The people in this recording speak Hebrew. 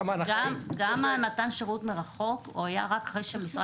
גם מתן שירות מרחוק הוא היה רק אחרי שמשרד